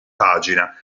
pagina